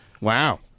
Wow